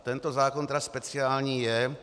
Tento zákon tedy speciální je.